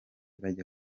bajya